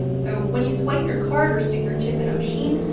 so when you swipe your card or stick your chip in a machine,